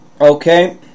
Okay